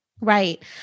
Right